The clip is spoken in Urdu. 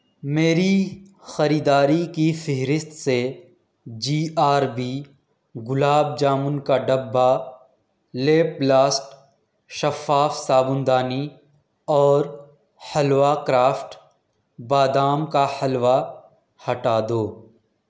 میری خریداری کی فہرست سے G R B gulab jamun کا ڈبا لیپلاسٹ شفاف صابن دانی اور حلوہ کرافٹ بادام کا حلوہ ہٹا دو